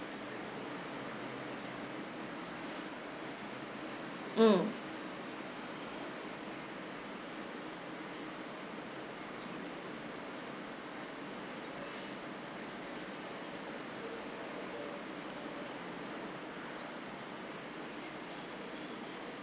mm